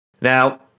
Now